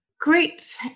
great